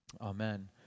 Amen